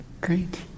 Great